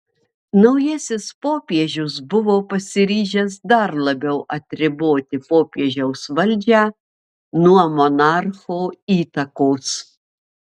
naujasis popiežius buvo pasiryžęs dar labiau atriboti popiežiaus valdžią nuo monarcho įtakos